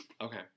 okay